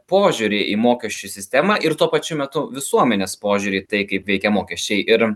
požiūrį į mokesčių sistemą ir tuo pačiu metu visuomenės požiūrį tai kaip veikia mokesčiai ir